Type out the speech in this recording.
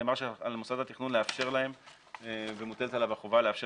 נאמר שעל מוסד התכנון מוטלת החובה לאפשר